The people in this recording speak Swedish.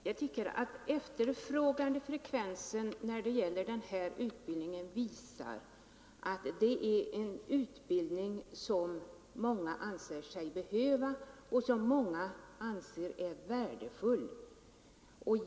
Herr talman! Sökandefrekvensen när det gäller t.ex. den nu aktuella utbildningen visar ändå att många anser sig behöva denna utbildning och anser den vara värdefull.